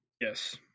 Yes